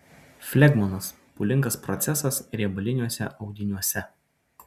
flegmonas pūlingas procesas riebaliniuose audiniuose